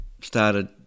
started